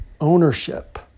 ownership